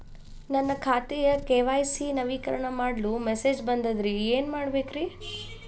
ನನ್ನ ಖಾತೆಯ ಕೆ.ವೈ.ಸಿ ನವೇಕರಣ ಮಾಡಲು ಮೆಸೇಜ್ ಬಂದದ್ರಿ ಏನ್ ಮಾಡ್ಬೇಕ್ರಿ?